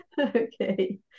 okay